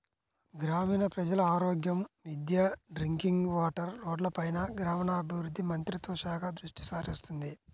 గ్రామీణ ప్రజల ఆరోగ్యం, విద్య, డ్రింకింగ్ వాటర్, రోడ్లపైన గ్రామీణాభివృద్ధి మంత్రిత్వ శాఖ దృష్టిసారిస్తుంది